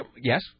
Yes